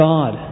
God